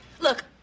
Look